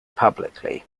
publicly